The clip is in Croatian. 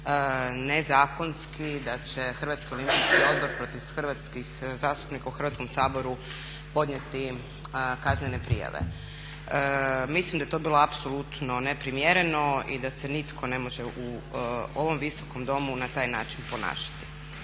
nezakonski da će Hrvatski olimpijski odbor protiv hrvatskih zastupnika u Hrvatskom saboru podnijeti kaznene prijave. Mislim da je to bilo apsolutno neprimjereno i da se nitko ne može u ovom Visokom domu na taj način ponašati.